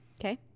okay